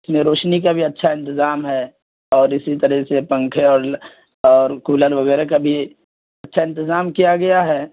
روشنی کا بھی اچھا انتظام ہے اور اسی طریقے سے پنکھے اور اور کولر وغیرہ کا بھی اچھا انتظام کیا گیا ہے